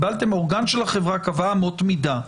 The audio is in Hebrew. אורגן של החברה קבע אמות מידה.